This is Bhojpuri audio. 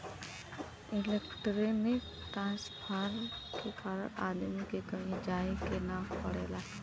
इलेक्ट्रानिक ट्रांसफर के कारण आदमी के कहीं जाये के ना पड़ेला